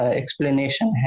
explanation